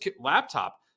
laptop